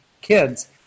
kids